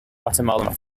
guatemalan